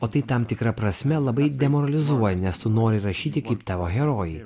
o tai tam tikra prasme labai demoralizuoja nes tu nori rašyti kaip tavo herojai